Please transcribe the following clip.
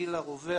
הגיל הרווח